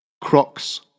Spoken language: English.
Crocs